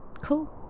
Cool